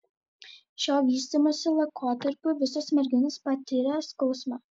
šiuo vystymosi laikotarpiu visos merginos patiria skausmą